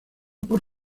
por